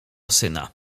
syna